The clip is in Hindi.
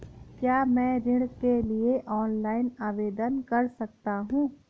क्या मैं ऋण के लिए ऑनलाइन आवेदन कर सकता हूँ?